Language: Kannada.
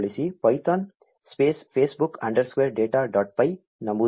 Python space Facebook underscore data dot py ನಮೂದಿಸಿ ಸರಿ